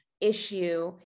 issue